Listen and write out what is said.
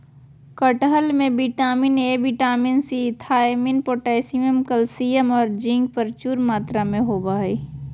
कटहल में vitamin A, vitamin C, thiamine, potassium, calcium औरो जिंक प्रचुर मात्रा में होबा हइ